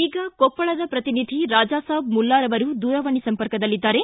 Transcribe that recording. ಈಗ ಕೊಪ್ಪಳದ ಪ್ರತಿನಿಧಿ ರಾಜಾಸಾಬ್ ಮುಲ್ಲಾರ್ ಅವರು ದೂರವಾಣಿ ಸಂಪರ್ಕದಲ್ಲಿದ್ದಾರೆ